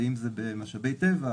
ואם זה במשאבי טבע,